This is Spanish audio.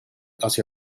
hacia